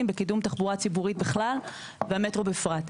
בקידום תחבורה ציבורית בכלל והמטרו בפרט.